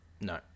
No